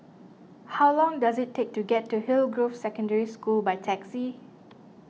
how long does it take to get to Hillgrove Secondary School by taxi